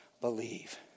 believe